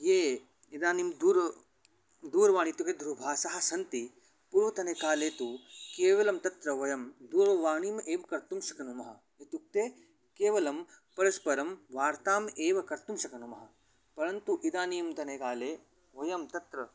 ये इदानीं दूरं दूरवाणी इत्युक्ते दूरभाषाः सन्ति पूर्वतने काले तु केवलं तत्र वयं दूरवाणीम् एव कर्तुं शक्नुमः इत्युक्ते केवलं परस्परं वार्ताम् एव कर्तुं शक्नुमः परन्तु इदानींतनकाले वयं तत्र